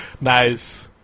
Nice